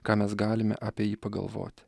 ką mes galime apie jį pagalvoti